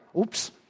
Oops